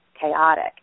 chaotic